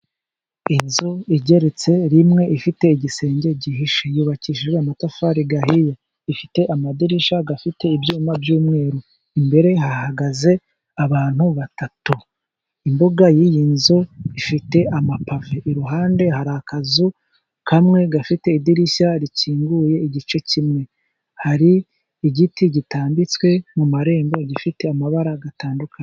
Inzu igeretse rimwe, ifite igisenge gihishe, yubakishi amatafari ahiye, ifite amadirisha afite ibyuma by'umweru, imbere hahagaze abantu batatu, imbuga y'iyi nzu ifite amapave, iruhande hari akazu kamwe, gafite idirishya rikinguye. Igice kimwe hari igiti gitambitswe mu marembo, gifite amabara atandukanye.